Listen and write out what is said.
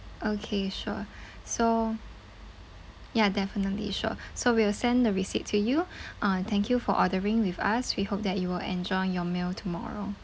okay sure so ya definitely sure so we will send the receipt to you ah thank you for ordering with us we hope that you will enjoy your meal tomorrow